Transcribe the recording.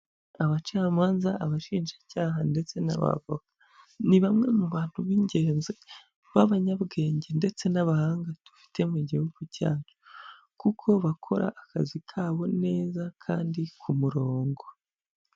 Abacamanza, abashinjacyaha ndetse n'abavoka ni bamwe mu bantu b'ingenzi, b'abanyabwenge ndetse n'abahanga dufite mu gihugu cyacu kuko bakora akazi kabo neza kandi ku murongo.